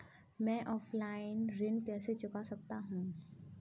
मैं ऑफलाइन ऋण कैसे चुका सकता हूँ?